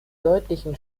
deutlichen